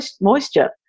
moisture